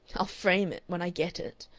i'll frame it when i get it.